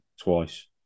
twice